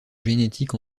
génétique